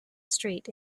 street